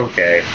Okay